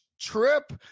trip